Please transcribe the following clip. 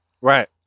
Right